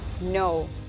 no